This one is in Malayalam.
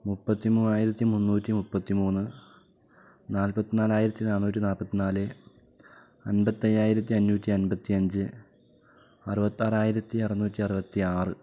മുപ്പത്തിമൂവായിരത്തി മുന്നൂറ്റി മുപ്പത്തിമൂന്ന് നാല്പത്തി നാലായിരത്തി നാന്നൂറ്റി നാല്പത്തിനാല് അൻപത്തയ്യായിരത്തി അഞ്ഞൂറ്റി അൻപത്തിയഞ്ച് അറുപത്താറായിരത്തി അറന്നൂറ്റി അറുപത്തിയാറ്